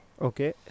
Okay